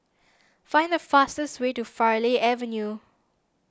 find the fastest way to Farleigh Avenue